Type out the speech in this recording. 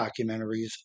documentaries